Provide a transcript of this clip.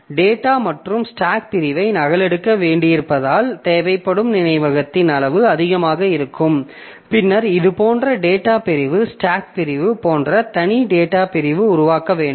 data மற்றும் stack பிரிவை நகலெடுக்க வேண்டியிருப்பதால் தேவைப்படும் நினைவகத்தின் அளவு அதிகமாக இருக்கும் பின்னர் இது போன்ற டேட்டா பிரிவு ஸ்டாக் பிரிவு போன்ற தனி டேட்டா பிரிவை உருவாக்க வேண்டும்